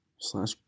slash